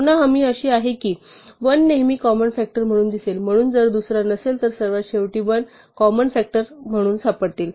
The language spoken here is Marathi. पुन्हा हमी अशी आहे की 1 नेहमी कॉमन फ़ॅक्टर म्हणून दिसेल म्हणून जर दुसरा नसेल तर सर्वात शेवटी 1 मोठा कॉमन फ़ॅक्टर म्हणून सापडतील